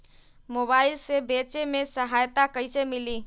Mobile से बेचे में सहायता कईसे मिली?